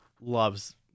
loves